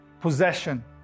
Possession